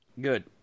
Good